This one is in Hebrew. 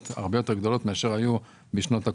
הרבה יותר גדולות מאלה שהיו בשנות הקורונה.